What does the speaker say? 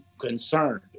concerned